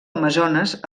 amazones